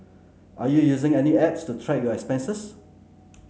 are you using any apps to track your expenses